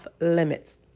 limits